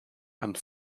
and